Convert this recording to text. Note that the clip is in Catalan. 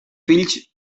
fills